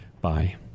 Bye